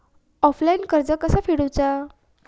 Offline कर्ज कसा फेडूचा?